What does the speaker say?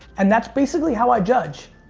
and that's basically how i judge.